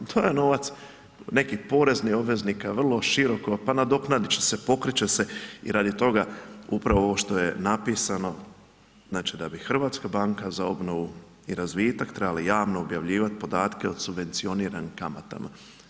To je novac nekih poreznih obveznika vrlo široko, pa nadoknadit će se, pokrit će se i radi toga upravo ovo što je napisano, znači da bi Hrvatska banka za obnovu i razvitak trebala javno objavljivati podatke o subvencioniranim kamatama.